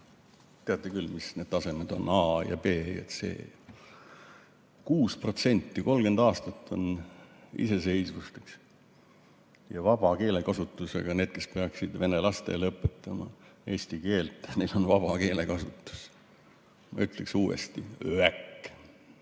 Teate küll, mis need tasemed on – A , B ja C. Kuus protsenti! 30 aastat on iseseisvust, eks ju, ja vaba keelekasutusega, need, kes peaksid vene lastele õpetama eesti keelt, neil on vaba keelekasutus. Ütleks uuesti: öäk!